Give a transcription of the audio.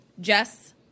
Jess